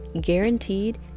guaranteed